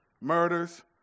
murders